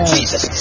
Jesus